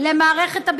גברתי, אני מבקשת לסיים.